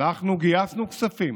אנחנו גייסנו כספים,